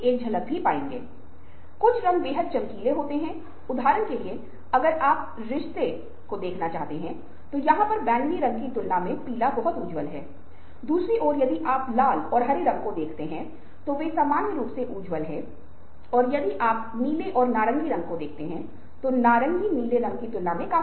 Einstein ने सापेक्षता और उष्मागतिकी के सिद्धांतों की खोज नहीं की होती आगर उन्होंने पहले उन्नत भौतिकी और गणित नहीं सीखा होता